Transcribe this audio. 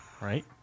right